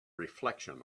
reflection